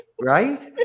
Right